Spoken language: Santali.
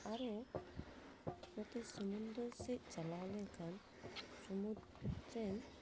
ᱟᱨᱚ ᱱᱚᱛᱮ ᱥᱚᱢᱩᱱᱫᱚᱨ ᱥᱮᱫ ᱪᱟᱞᱟᱣ ᱞᱮᱱᱠᱷᱟᱱ ᱥᱩᱢᱩᱫᱽ ᱨᱮᱱ